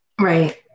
Right